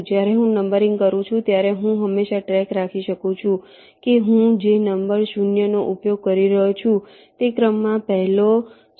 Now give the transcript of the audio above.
જ્યારે હું નંબરિંગ કરું છું ત્યારે હું હંમેશા ટ્રૅક રાખી શકું છું કે હું જે નંબર 0 નો ઉપયોગ કરી રહ્યો છું તે ક્રમમાં પહેલો 0 છે કે બીજો 0 છે